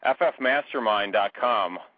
FFMastermind.com